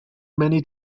many